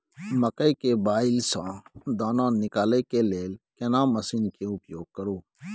मकई के बाईल स दाना निकालय के लेल केना मसीन के उपयोग करू?